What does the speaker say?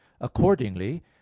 accordingly